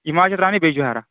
یِم حظ چھِ ترَاونہِ بیٚجبِہارا